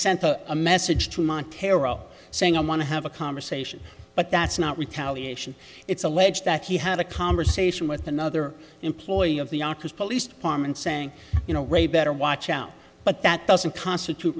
sent a message to montero saying i want to have a conversation but that's not retaliate it's alleged that he had a conversation with another employee of the aquas police department saying you know ray better watch out but that doesn't constitute